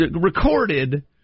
recorded